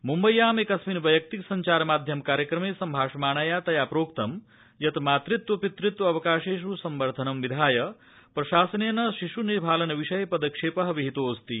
मुम्बय्याम एकस्मिन वैयक्तिक सव्चारमाध्यमीय कार्यक्रमे सम्भाषमाणया तया प्रोक्त यत् मातृत्व पितृत्वावकाशेष् संवर्धनं विधाय प्रशासनेन शिश् निभालन विषये पदक्षेपः विहितोऽस्ति